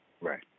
Right